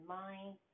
mind